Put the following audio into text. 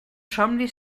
somni